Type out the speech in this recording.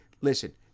listen